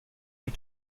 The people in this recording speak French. les